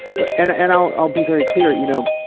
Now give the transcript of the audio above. but and and i'll i'll be very clear, you know,